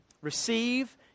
receive